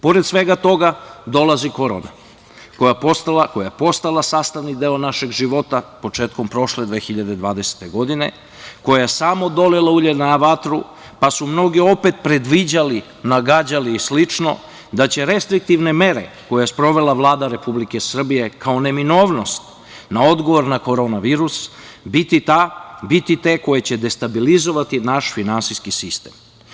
Pored svega toga dolazi korona koja je postala sastavni deo našeg života početkom prošle, 2020. godine, koja je samo dolila ulje na vatru, pa su mnogi opet predviđali, nagađali i slično da će restriktivne mere koje sprovela Vlada Republike Srbije, kao neminovnost na odgovor na korona virus, biti te koje će destabilizovati naš finansijski sistem.